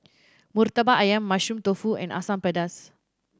Murtabak Ayam Mushroom Tofu and Asam Pedas